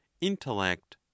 intellect